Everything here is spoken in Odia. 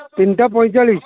ତିନିଟା ପଇଁଚାଳିଶ